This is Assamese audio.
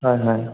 হয় হয়